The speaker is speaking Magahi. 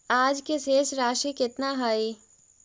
आज के शेष राशि केतना हई?